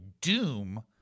doom